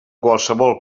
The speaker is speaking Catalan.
qualsevol